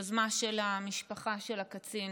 יוזמה של המשפחה של הקצין